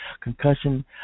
Concussion